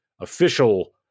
official